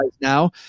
now